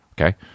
okay